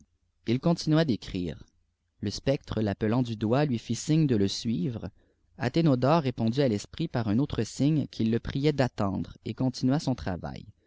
n continua d'écrire le spectre l'appelant du doigt lui fit signe de le suivre athénodore répondit à l'esprit par un autre signe îa'ille priait d'attendre et continua son travail